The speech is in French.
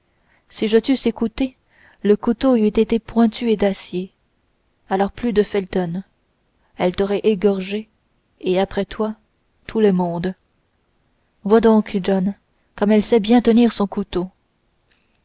si je t'eusse écouté le couteau eût été pointu et d'acier alors plus de felton elle t'aurait égorgé et après toi tout le monde vois donc john comme elle sait bien tenir son couteau